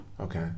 Okay